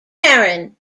karen